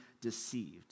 deceived